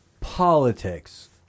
politics